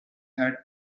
had